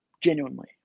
genuinely